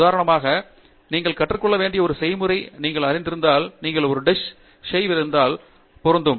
உதாரணமாக நீங்கள் கற்றுக் கொள்ள வேண்டிய ஒரு செய்முறையை நீங்கள் அறிந்திருந்தால் நீங்கள் ஒரு டிஷ் செய்வித்தால் உதாரணத்திற்கு இது பொருந்தும்